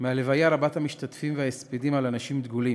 מההלוויה רבת המשתתפים וההספדים על אנשים דגולים,